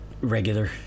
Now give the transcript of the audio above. regular